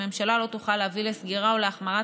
הממשלה לא תוכל להביא לסגירה או להחמרת